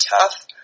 tough